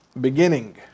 beginning